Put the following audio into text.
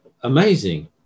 amazing